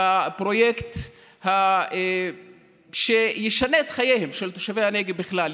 בפרויקט שישנה את חייהם של תושבי הנגב בכלל,